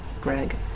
Greg